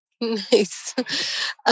Nice